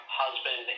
husband